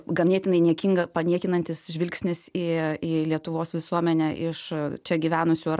ganėtinai niekinga paniekinantis žvilgsnis į į lietuvos visuomenę iš čia gyvenusių ar